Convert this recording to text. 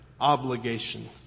obligation